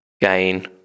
gain